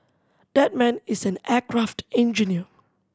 that man is an aircraft engineer